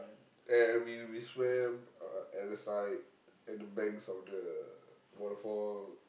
and we we swam uh at the side at the banks of the waterfall